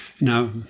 Now